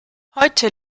heute